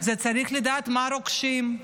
צריך לדעת מה רוכשים,